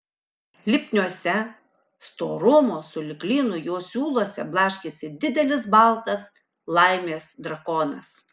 lipniuose storumo sulig lynu jo siūluose blaškėsi didelis baltas laimės drakonas